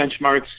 benchmarks